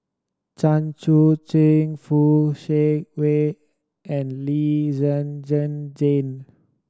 Chan Chun Sing Fock Siew Wah and Lee Zhen Zhen Jane